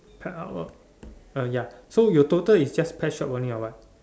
pet hour uh ya so your total is just pet shop only or what